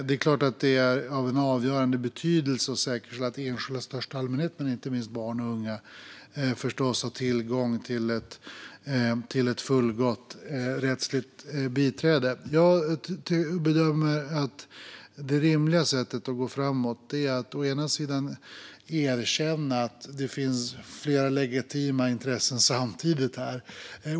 Det är klart att det är av avgörande betydelse att säkerställa att enskilda i största allmänhet och inte minst barn och unga har tillgång till ett fullgott rättsligt biträde. Jag bedömer att det rimliga sättet att gå framåt är att erkänna att det finns flera legitima intressen samtidigt här.